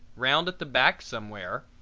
round at the back somewhere,